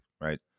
right